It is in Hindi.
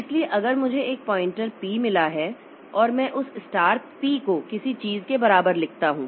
इसलिए अगर मुझे एक पॉइंटर पी मिला है और मैं उस स्टार पी को किसी चीज के बराबर लिखता हूं